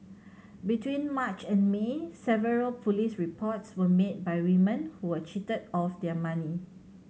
between March and May several police reports were made by women who were cheated of their money